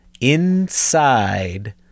inside